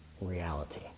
reality